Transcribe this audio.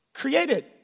Created